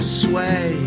sway